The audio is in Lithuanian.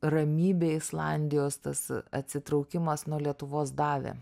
ramybė islandijos tas atsitraukimas nuo lietuvos davė